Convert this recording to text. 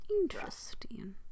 interesting